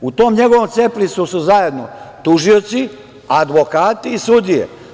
U tom njegovom CEPRIS-u su zajedno tužioci, advokati i sudije.